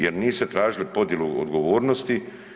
Jer niste tražili podjelu odgovornosti.